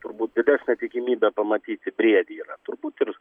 turbūt didesnė tikimybė pamatyti briedį yra turbūt ir